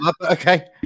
Okay